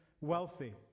wealthy